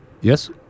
Yes